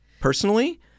personally